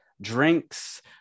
drinks